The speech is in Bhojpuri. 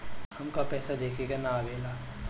हमका पइसा देखे ना आवेला?